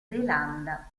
zelanda